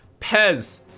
Pez